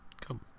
Come